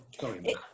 Sorry